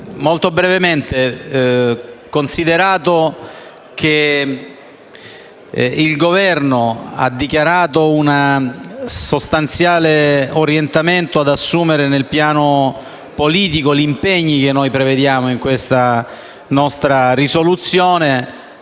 Signor Presidente, considerato che il Governo ha dichiarato un sostanziale orientamento ad assumere nel piano politico gli impegni che noi prevediamo nella nostra risoluzione,